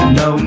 no